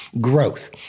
growth